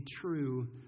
true